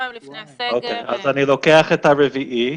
אוקיי, אני לוקח את ה-4.